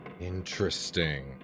Interesting